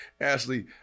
Ashley